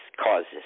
causes